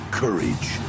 courage